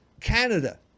canada